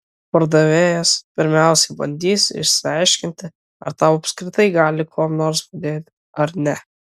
pardavėjas pirmiausiai bandys išsiaiškinti ar tau apskritai gali kuom nors padėti ar ne